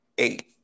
eight